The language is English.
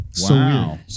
Wow